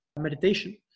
meditation